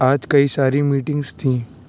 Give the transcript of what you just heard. آج کئی ساری میٹنگس تھیں